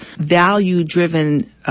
value-driven